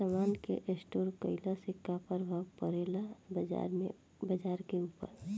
समान के स्टोर काइला से का प्रभाव परे ला बाजार के ऊपर?